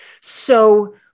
So-